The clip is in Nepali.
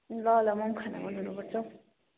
ल ल म पनि खाना बनाउनुपर्छ